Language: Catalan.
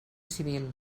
civil